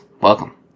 welcome